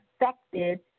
affected